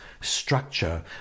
structure